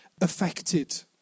affected